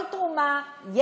כל תרומה,